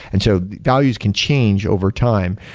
and so values can change overtime,